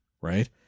right